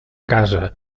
casa